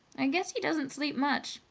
i guess he doesn't sleep much,